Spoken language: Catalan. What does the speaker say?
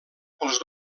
pels